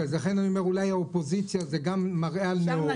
וגם יושב-ראש.